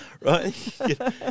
right